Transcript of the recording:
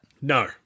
No